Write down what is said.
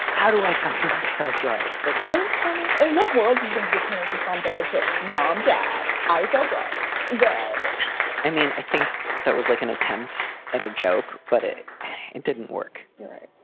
how do i tell myself? drugs like don't tell and what world do you think your parents respond better to? mom. dad. i sell drugs bad i mean, i think that was like an attempt at a joke, but it it didn't work. right.